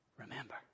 remember